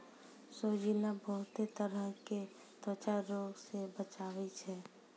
सोजीना बहुते तरह के त्वचा रोग से बचावै छै